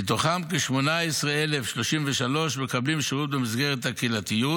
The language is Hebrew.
מהם כ-18,033 מקבלים שירות במסגרות הקהילתיות